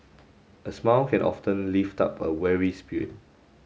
a smile can often lift up a weary spirit